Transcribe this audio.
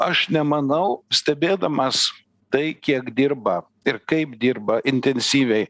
aš nemanau stebėdamas tai kiek dirba ir kaip dirba intensyviai